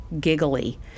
giggly